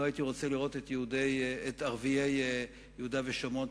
הייתי רוצה לראות את ערביי יהודה ושומרון,